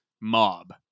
mob